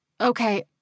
Okay